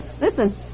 Listen